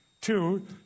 Two